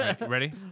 Ready